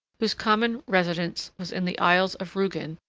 whose common residence was in the isles of rugen,